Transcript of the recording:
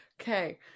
Okay